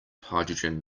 hydrogen